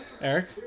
Eric